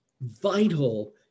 vital